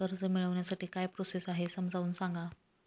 कर्ज मिळविण्यासाठी काय प्रोसेस आहे समजावून सांगा